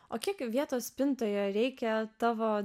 o kiek vietos spintoje reikia tavo